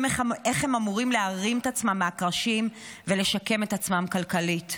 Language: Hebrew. איך הם אמורים להרים את עצמם מהקרשים ולשקם את עצמם כלכלית.